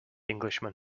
englishman